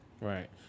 Right